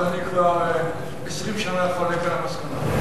אבל אני כבר 20 שנה חולק על המסקנה.